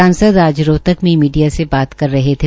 सांसद आज रोहतक में मीडिया से बात कर रहे थे